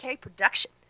production